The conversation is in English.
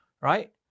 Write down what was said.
right